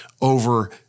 over